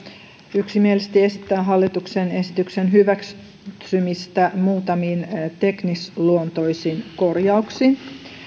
yksimielisesti esittää hallituksen esityksen hyväksymistä muutamin teknisluontoisin korjauksin